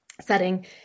setting